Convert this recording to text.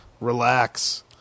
relax